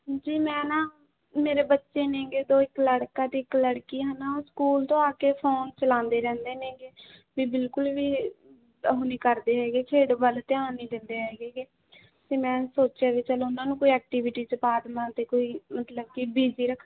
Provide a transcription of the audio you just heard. ਜੀ ਮੈਂ ਨਾ ਮੇਰੇ ਬੱਚੇ ਨੇਗੇ ਦੋ ਇੱਕ ਲੜਕਾ ਅਤੇ ਇੱਕ ਲੜਕੀ ਹੈ ਨਾ ਸਕੂਲ ਤੋਂ ਆ ਕੇ ਫੋਨ ਚਲਾਉਂਦੇ ਰਹਿੰਦੇ ਨੇਗੇ ਵੀ ਬਿਲਕੁਲ ਵੀ ਉਹ ਨਹੀਂ ਕਰਦੇ ਹੈਗੇ ਖੇਡ ਵੱਲ ਧਿਆਨ ਨਹੀਂ ਦਿੰਦੇ ਹੈਗੇ ਗੇ ਅਤੇ ਮੈਂ ਸੋਚਿਆ ਵੀ ਚੱਲੋ ਉਹਨਾਂ ਨੂੰ ਕੋਈ ਐਕਟੀਵਿਟੀ 'ਚ ਪਾ ਦੇਵਾਂ ਅਤੇ ਕੋਈ ਮਤਲਬ ਕਿ ਬੀਜੀ ਰੱਖਾਂ